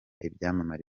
ibyamamare